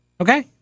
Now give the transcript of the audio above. Okay